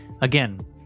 again